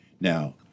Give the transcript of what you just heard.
Now